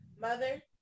Mother